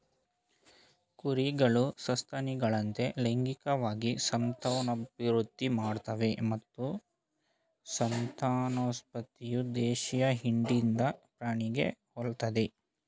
ಕುರಿಗಳು ಸಸ್ತನಿಗಳಂತೆ ಲೈಂಗಿಕವಾಗಿ ಸಂತಾನೋತ್ಪತ್ತಿ ಮಾಡ್ತವೆ ಮತ್ತು ಸಂತಾನೋತ್ಪತ್ತಿಯು ದೇಶೀಯ ಹಿಂಡಿನ ಪ್ರಾಣಿಗೆ ಹೋಲ್ತದೆ